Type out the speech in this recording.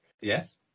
Yes